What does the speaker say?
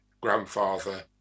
grandfather